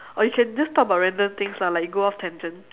or you can just talk about random things lah like go off tangent